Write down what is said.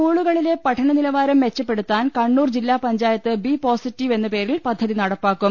സ്കൂളുകളിലെ പഠന നിലവാരം മെച്ചപ്പെടുത്താൻ കണ്ണൂർ ജില്ലാ പഞ്ചായത്ത് ബി പോസിറ്റീവ് എന്ന പ്പേരിൽ പദ്ധതി നടപ്പാക്കും